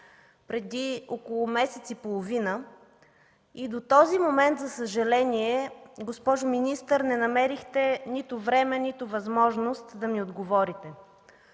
преди около месец и половина, и до този момент, за съжаление, госпожо министър, не намерихте нито време, нито възможност да ми отговорите.